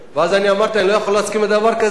ואז אני אמרתי: אני לא יכול להסכים לדבר כזה.